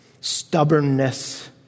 stubbornness